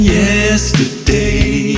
yesterday